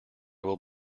will